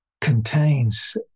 contains